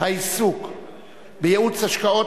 העיסוק בייעוץ השקעות,